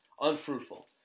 Unfruitful